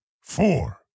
four